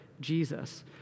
Jesus